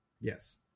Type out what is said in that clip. Yes